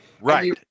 Right